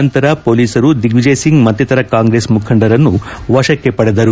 ನಂತರ ಪೊಲೀಸರು ದಿಗ್ಸಿಜಯ್ ಸಿಂಗ್ ಮತ್ತಿತರ ಕಾಂಗ್ರೆಸ್ ಮುಖಂಡರನ್ನು ವಶಕ್ಕೆ ಪಡೆದರು